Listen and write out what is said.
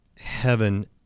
heaven